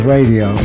Radio